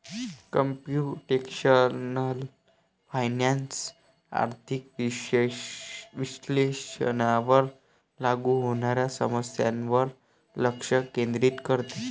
computational finance आर्थिक विश्लेषणावर लागू होणाऱ्या समस्यांवर लक्ष केंद्रित करते